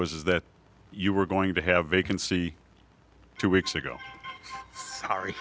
that you were going to have vacancy two weeks ago sorry